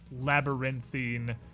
labyrinthine